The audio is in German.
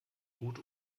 gut